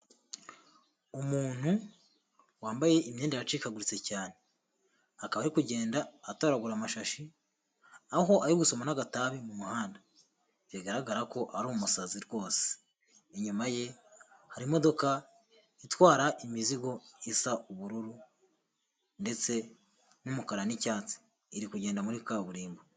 Umuntu wambaye imyenda yacikaguritse cyane, akaba ari kugenda atoragura amashashi, aho ari gusoma n'agatabi mu muhanda bigaragara ko ari umusazi rwose, inyuma ye hari imodoka itwara imizigo isa ubururu ndetse n'umukara n'icyatsi iri kugenda muri kaburimbo.